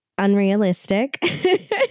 unrealistic